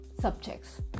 subjects